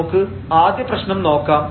നമുക്ക് ആദ്യപ്രശ്നം നോക്കാം